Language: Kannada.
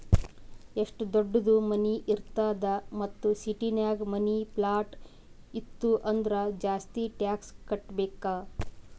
ಎಷ್ಟು ದೊಡ್ಡುದ್ ಮನಿ ಇರ್ತದ್ ಮತ್ತ ಸಿಟಿನಾಗ್ ಮನಿ, ಪ್ಲಾಟ್ ಇತ್ತು ಅಂದುರ್ ಜಾಸ್ತಿ ಟ್ಯಾಕ್ಸ್ ಕಟ್ಟಬೇಕ್